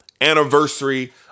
anniversary